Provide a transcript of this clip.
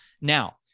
Now